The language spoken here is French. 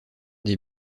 des